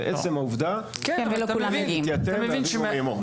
זה עצם העובדה שהתייתם מאביו או מאימו.